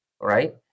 right